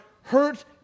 hurt